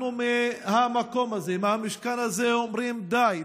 אנחנו, מהמקום הזה, מהמשכן הזה, אומרים די.